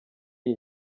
iyi